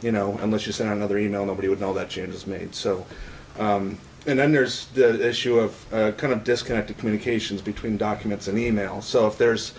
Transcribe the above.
you know unless you sent another email nobody would know that changes made so and then there's the issue of kind of disconnect the communications between documents and e mail so if there's